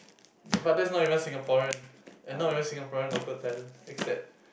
that but that's not even Singaporean and not even Singaporean local talent except